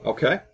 Okay